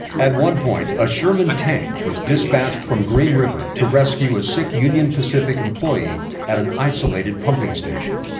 at one point, a sherman tank was dispatched from green river to rescue a sick union pacific employee at an isolated pumping station.